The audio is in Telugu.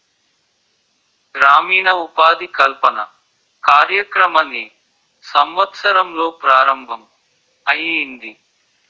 గ్రామీణ ఉపాధి కల్పన కార్యక్రమం ఏ సంవత్సరంలో ప్రారంభం ఐయ్యింది?